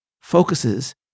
focuses